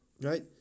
Right